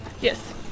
Yes